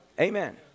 Amen